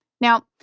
Now